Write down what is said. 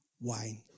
wine